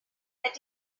that